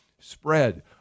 spread